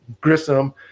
Grissom